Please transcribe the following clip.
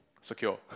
secure